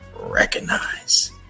recognize